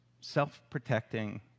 self-protecting